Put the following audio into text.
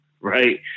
right